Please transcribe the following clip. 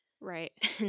right